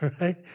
right